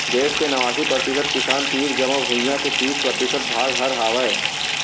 देस के नवासी परतिसत किसान तीर जमो भुइयां के तीस परतिसत भाग हर हावय